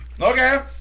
Okay